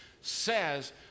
says